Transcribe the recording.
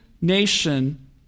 nation